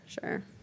Sure